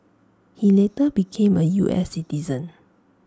he later became A U S citizen